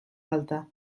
falta